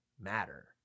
matter